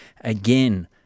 again